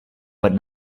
but